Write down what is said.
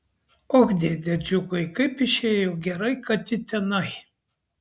och dėde džiugai kaip išėjo gerai kad ji tenai